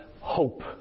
hope